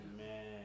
Amen